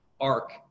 arc